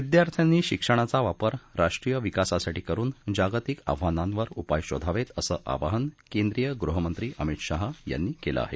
विद्यार्थ्यांनी शिक्षणाचा वापर राष्ट्रीय विकासासाठी करुन जागतिक आव्हानांवर उपाय शोधावेत असं आवाहन केंद्रीय गृहमंत्री अमित शाह यांनी केलं आहे